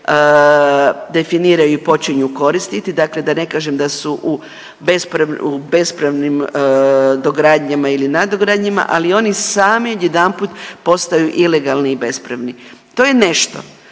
definiraju i počinju koristiti, dakle da ne kažem da su u bespravnim dogradnjama ili nadogradnjama, ali oni sami odjedanput postaju ilegalni i bespravni. To je nešto